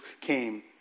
came